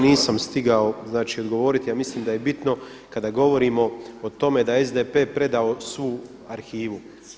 Nisam stigao odgovoriti ja mislim da je bitno kada govorimo o tome da je SDP predao svu arhivu.